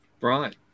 Right